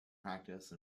practice